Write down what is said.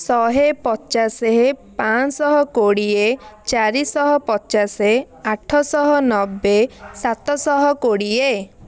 ଶହେ ପଚାଶ ପାଞ୍ଚଶହ କୋଡ଼ିଏ ଚାରିଶହ ପଚାଶ ଆଠଶହ ନବେ ସାତଶହ କୋଡ଼ିଏ